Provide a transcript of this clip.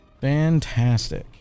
Fantastic